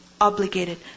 obligated